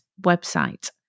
website